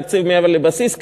תקציב מעבר לבסיס.